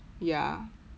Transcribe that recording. ya